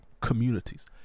communities